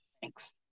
Thanks